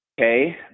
Okay